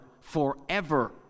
forever